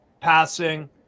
passing